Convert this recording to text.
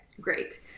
great